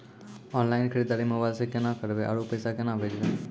Online खरीददारी mobile से केना करबै, आरु पैसा केना भेजबै?